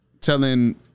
telling